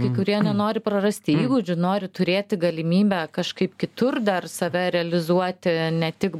kai kurie nenori prarasti įgūdžių nori turėti galimybę kažkaip kitur dar save realizuoti ne tik